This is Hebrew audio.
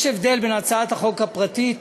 יש הבדל בין הצעת החוק הפרטית